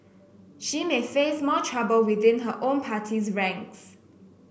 she may face more trouble within her own party's ranks